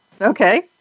Okay